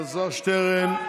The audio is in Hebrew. כבוד השר חבר הכנסת אלעזר שטרן.